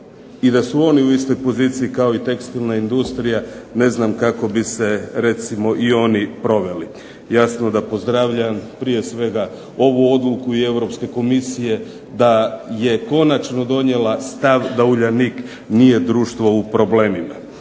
i da su oni u istoj poziciji kao i tekstilna industrija, ne znam kako bi se recimo i oni proveli. Jasno da pozdravljam prije svega ovu odluku i Europske Komisije da je konačno donijela stav da Uljanik nije društvo u problemima.